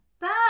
Bye